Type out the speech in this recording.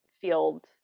field